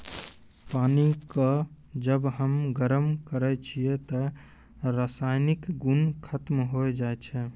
पानी क जब हम गरम करै छियै त रासायनिक गुन खत्म होय जाय छै